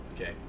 Okay